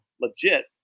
legit